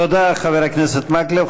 תודה, חבר הכנסת מקלב.